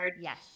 Yes